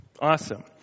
Awesome